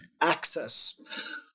access